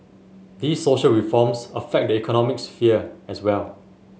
these social reforms affect the economic sphere as well